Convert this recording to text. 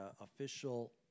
official